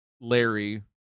Larry